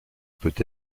peut